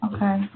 Okay